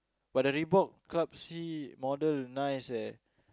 but the Reebok Club C model nice eh